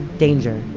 danger!